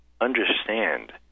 understand